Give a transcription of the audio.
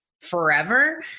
forever